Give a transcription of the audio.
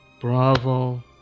Bravo